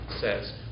says